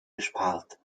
gespart